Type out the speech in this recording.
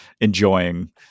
enjoying